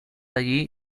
allí